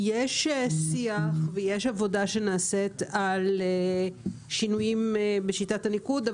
יש שיח ויש עבודה שנעשית על שינויים בשיטת הניקוד,